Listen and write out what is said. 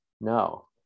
No